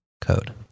code